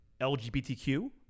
LGBTQ